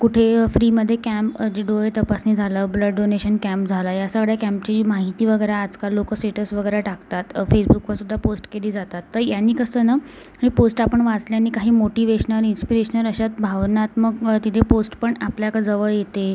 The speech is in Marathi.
कुठे फ्रीमध्ये कॅम्प डोळे तपासणी झालं ब्लड डोनेशन कॅम्प झालं या सगळ्या कॅम्पची माहिती वगैरे आजकाल लोक स्टेटस वगैरे टाकतात फेसबुकवरसुद्धा पोस्ट केली जातात तर यांनी कसं ना ही पोस्ट आपण वाचल्याने काही मोटिवेशनल इन्स्पिरेशनल अशा भावनात्मक तिथे पोस्ट पण आपल्याजवळ येते